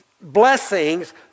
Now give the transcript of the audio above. blessings